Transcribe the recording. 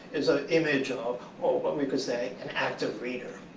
is an image of, oh, what we could say, an active reader,